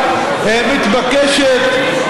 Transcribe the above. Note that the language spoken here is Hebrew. מתבקשת,